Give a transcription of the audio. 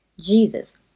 Jesus